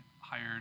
hired